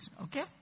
Okay